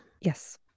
yes